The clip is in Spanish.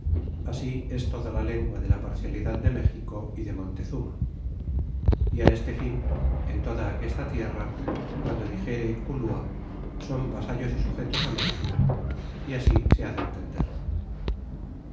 así es toda la lengua de la parcialidad de méxico y de montezuma y á este fin en toda aquesta tierra guando dixere culua son vasallos y sujetos a méxico y así se ha de entender